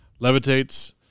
levitates